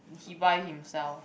he buy himself